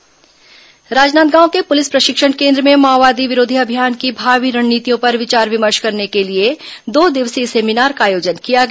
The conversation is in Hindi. पुलिस सेमिनार राजनांदगांव के पुलिस प्रशिक्षण केन्द्र में माओवादी विरोधी अभियान की भावी रणनीतियों पर विचार विमर्श करने के लिए दो दिवसीय सेमिनार का आयोजन किया गया